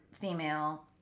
female